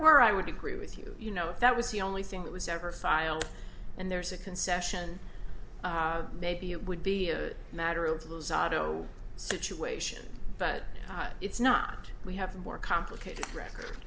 were i would agree with you you know if that was the only thing that was ever filed and there's a concession maybe it would be a matter of those audio situation but it's not we have a more complicated record